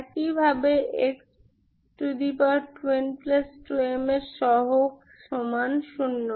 একইভাবে x2n2m এর সহগ 0